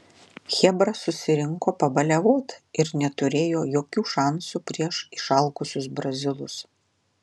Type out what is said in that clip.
chebra susirinko pabaliavot ir neturėjo jokių šansų prieš išalkusius brazilus